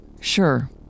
Sure